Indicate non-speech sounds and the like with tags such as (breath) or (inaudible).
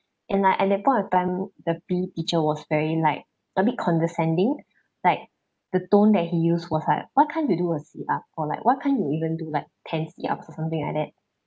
and like at that point of time the P_E teacher was very like a bit condescending (breath) like the tone that he used was like why can't you do a sit-up or like why can't you even do like ten sit-ups or something like that